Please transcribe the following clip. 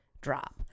Drop